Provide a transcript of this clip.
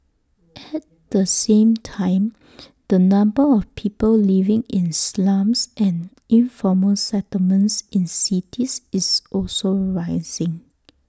at the same time the number of people living in slums and informal settlements in cities is also rising